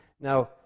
Now